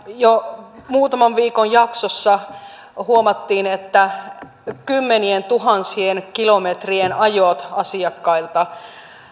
jo muutaman viikon jaksossa huomattiin että kymmenientuhansien kilometrien ajot asiakkailta